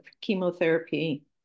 chemotherapy